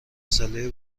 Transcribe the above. مسئله